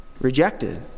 rejected